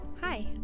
Hi